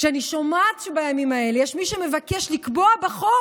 כשאני שומעת שבימים האלה יש מי שמבקש לקבוע בחוק